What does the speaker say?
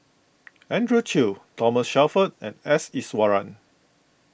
Andrew Chew Thomas Shelford and S Iswaran